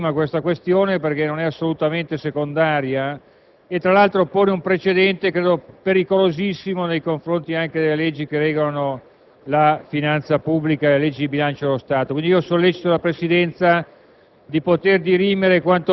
chiarisca quanto prima questa questione perché non è assolutamente secondaria e tra l'altro crea un precedente credo pericolosissimo nei confronti delle leggi che regolano la finanza pubblica e delle leggi di bilancio. Sollecito dunque la Presidenza